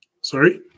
Sorry